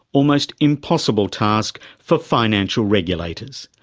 almost impossible task for financial regulators.